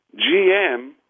GM